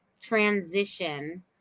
transition